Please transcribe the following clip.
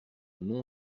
nom